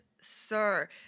sir